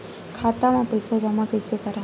खाता म पईसा जमा कइसे करव?